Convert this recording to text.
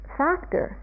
factor